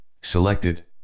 selected